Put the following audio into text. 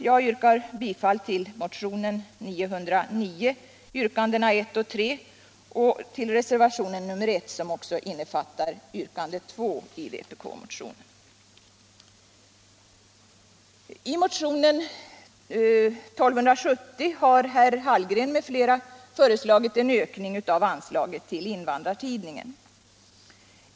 Jag yrkar bifall till motionen 909 yrkandena 1 och 3 och till reservationen 1, som också innefattar yrkandet 2 i vpk-motionen. I motionen 1270 har herr Hallgren m.fl. föreslagit en ökning av anslaget till Invandrartidningen.